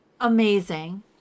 Amazing